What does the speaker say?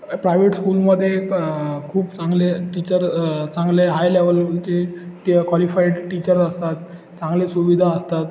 private स्कूलमध्ये क खूप चांगले टीचर चांगले हाय लेव्हलचे क्वालिफाइड टीचर्स असतात चांगले सुविधा असतात